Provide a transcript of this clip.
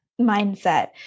mindset